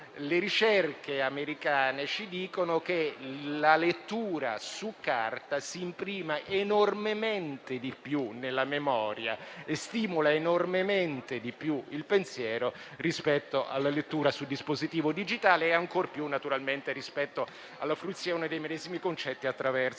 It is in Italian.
Le ricerche americane dicono che la lettura su carta s'imprime enormemente di più nella memoria e stimola enormemente di più il pensiero rispetto alla lettura su dispositivo digitale, ancor più naturalmente rispetto alla fruizione dei medesimi concetti attraverso